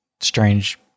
Strange